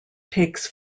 takes